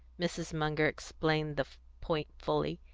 mrs. munger explained the point fully.